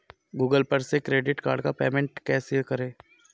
Google पर से credit card का पेमेंट कैसे करें?